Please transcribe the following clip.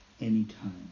anytime